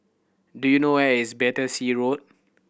do you know where is Battersea Road